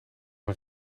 een